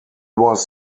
was